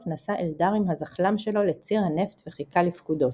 נסע אלדר עם הזחל"ם שלו לציר הנפט וחיכה לפקודות.